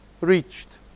reached